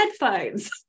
headphones